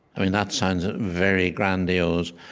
i mean, that sounds ah very grandiose,